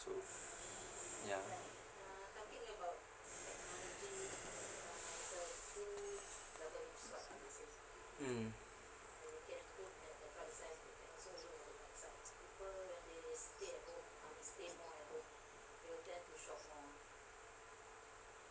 ya mm mm